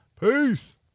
Peace